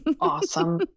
Awesome